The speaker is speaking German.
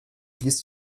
blies